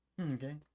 Okay